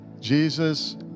Jesus